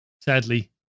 sadly